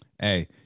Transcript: Hey